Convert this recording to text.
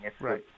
Right